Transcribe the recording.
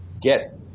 Get